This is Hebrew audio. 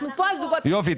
אנחנו פה, זוגות, -- יופי.